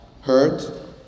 hurt